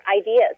ideas